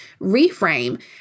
reframe